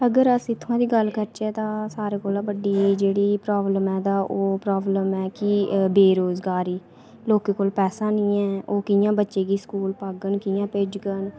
अगर अस इत्थुआं दी गल्ल करचै तां सारे कोल बड्डी जेह्ड़ी प्राब्लम ऐ तां ओह् प्राब्लम ऐ कि बेरोजगारी लोकें कोल पैसा नी ऐ ओह् कियां बच्चे गी स्कूल पाङन कि'यां भेजङन